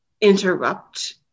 interrupt